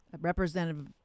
representative